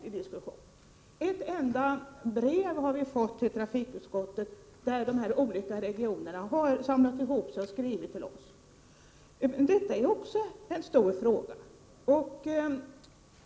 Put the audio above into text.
Vi har fått ett enda brev till trafikutskottet där de olika regionerna har samlat ihop sig och skrivit till oss. Detta är en stor fråga.